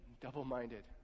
double-minded